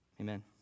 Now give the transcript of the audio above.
Amen